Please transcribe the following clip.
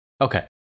Okay